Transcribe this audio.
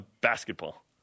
Basketball